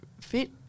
fit